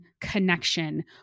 connection